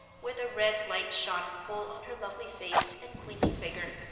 where the red light shone full on her lovely face and queenly figure,